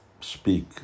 speak